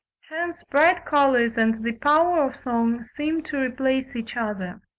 hence bright colours and the power of song seem to replace each other.